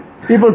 People